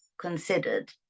considered